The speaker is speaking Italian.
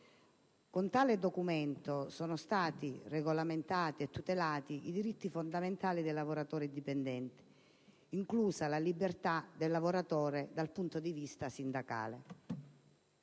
Con tale documento sono stati regolamentati e tutelati i diritti fondamentali dei lavoratori dipendenti, inclusa la libertà del lavoratore dal punto di vista sindacale.